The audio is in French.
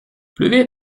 plus